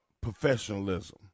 professionalism